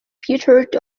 featured